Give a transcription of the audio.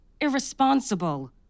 irresponsible